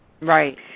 Right